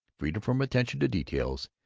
freedom from attention to details,